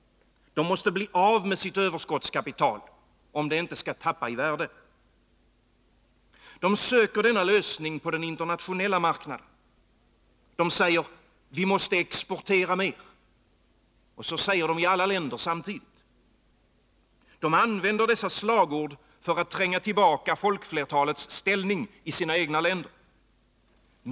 De måste bli av med sitt överskottskapital, om det inte skall tappa ii värde. De söker denna lösning på den internationella marknaden. De säger: Vi måste exportera mer. Så säger de i alla länder samtidigt. De använder dessa slagord för att tränga tillbaka folkflertalets ställning i sina egna länder.